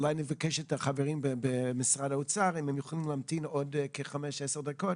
אולי נבקש מהחברים במשרד האוצר להמתין עוד כ-5-10 דקות